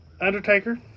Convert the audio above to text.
Undertaker